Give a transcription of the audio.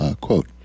Quote